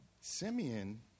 Simeon